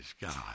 God